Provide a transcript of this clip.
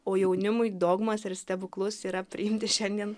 o jaunimui dogmas ir stebuklus yra priimti šiandien